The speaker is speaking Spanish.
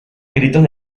gritos